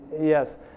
Yes